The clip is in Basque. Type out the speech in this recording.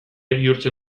bihurtzen